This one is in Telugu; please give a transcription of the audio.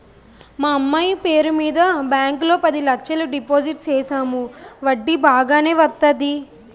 మా అమ్మాయి పేరు మీద బ్యాంకు లో పది లచ్చలు డిపోజిట్ సేసాము వడ్డీ బాగానే వత్తాది